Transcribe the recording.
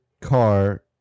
car